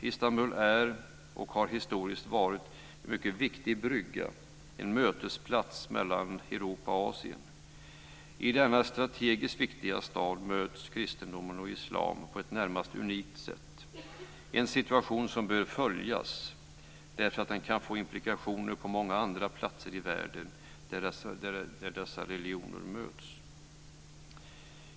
Istanbul är och har historiskt varit en mycket viktig brygga - en mötesplats - mellan Europa och Asien. I denna strategiskt viktiga stad möts kristendomen och islam på ett närmast unikt sätt. Det är en situation som bör följas, därför att den kan få implikationer på många andra platser i världen där dessa religioner möts.